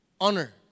honor